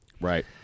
Right